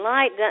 Light